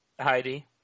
Heidi